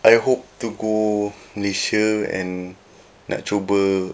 I hope to go malaysia and nak cuba